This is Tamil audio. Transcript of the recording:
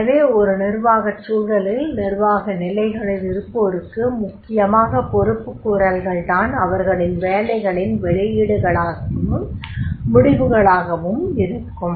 எனவே ஒரு நிர்வாகச் சூழலில் நிர்வாக நிலைகளில் இருப்போருக்கு முக்கியமாக பொறுப்புக்கூறல்கள் தான் அவர்களின் வேலைகளின் வெளியீடுகளாகவும் முடிவுகளாகவும் இருக்கும்